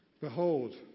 behold